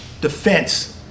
defense